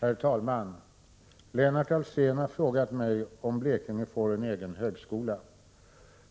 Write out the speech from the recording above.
Herr talman! Lennart Alsén har frågat mig om Blekinge får en egen högskola.